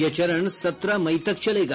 यह चरण सत्रह मई तक चलेगा